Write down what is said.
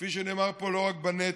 כפי שנאמר פה, לא רק בנטל.